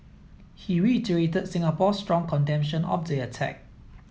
he reiterated Singapore's strong condemnation of the attack